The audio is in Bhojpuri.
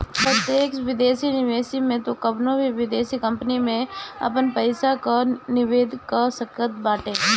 प्रत्यक्ष विदेशी निवेश में तू कवनो भी विदेश कंपनी में आपन पईसा कअ निवेश कअ सकत बाटअ